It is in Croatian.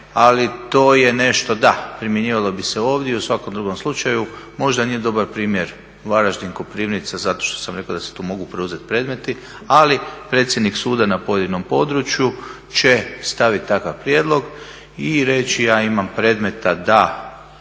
ali to je nešto, da primjenjivalo bi se ovdje i u svakom drugom slučaju. Možda nije dobar primjer Varaždin, Koprivnica zato što sam rekao da se tu mogu preuzeti predmeti, ali predsjednik suda na pojedinom području će stavit takav prijedlog i reći ja imam predmeta da